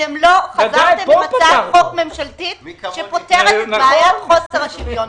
אתם לא חזרתם עם הצעת חוק ממשלתית שפותרת את בעיית חוסר השוויון.